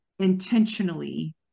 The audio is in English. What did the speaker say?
intentionally